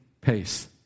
pace